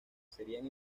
serían